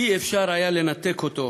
אי-אפשר היה לנתק אותו